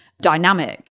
dynamic